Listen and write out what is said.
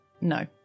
no